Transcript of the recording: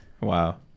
Wow